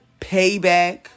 Payback